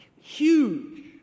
huge